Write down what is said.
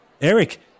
Eric